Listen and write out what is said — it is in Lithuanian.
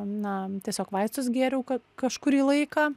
na tiesiog vaistus gėriau ka kažkurį laiką